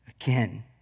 Again